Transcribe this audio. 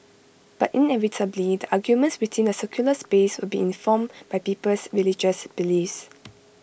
but inevitably the arguments within the secular space will be informed by people's religious beliefs